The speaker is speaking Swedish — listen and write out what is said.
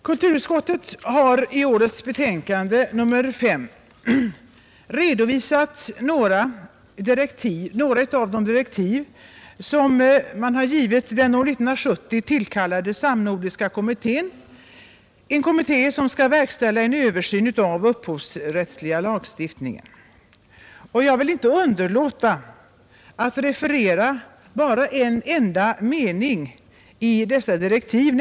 Kulturutskottet har i betänkandet nr 5 redovisat några av direktiv som man har givit den år 1970 tillkallade samnordiska kommittén, en kommitté som skall verkställa en översyn av upphovsrättsliga lagstiftningar. Jag vill inte underlåta att referera bara en enda mening i dessa direktiv.